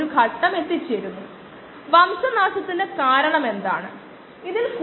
37 മുതൽ 10 power minus 3 per second